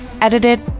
edited